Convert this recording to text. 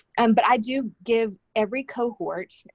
and but i do give every cohort,